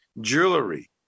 jewelry